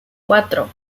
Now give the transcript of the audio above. cuatro